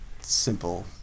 Simple